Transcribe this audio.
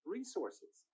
Resources